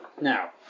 Now